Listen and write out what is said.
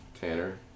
Tanner